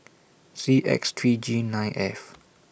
C X three G nine F